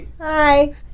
Hi